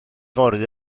fory